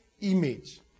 image